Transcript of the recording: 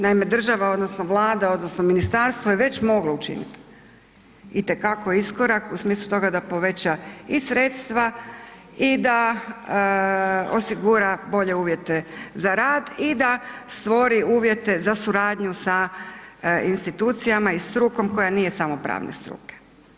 Naime, država odnosno vlada odnosno ministarstvo je već moglo učiniti i te kako iskorak u smislu toga da poveća i sredstva i da osigura boje uvjete za rad i da stvori uvjete za suradnju sa institucijama i strukom koja nije samo pravne struke.